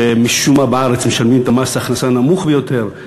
שמשום מה בארץ משלמים את מס ההכנסה הנמוך ביותר,